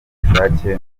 n’ubushake